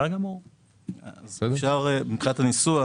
מבחינת הניסוח,